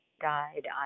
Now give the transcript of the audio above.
died